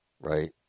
right